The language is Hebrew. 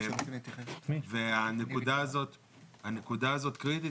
הנקודה הזאת קריטית,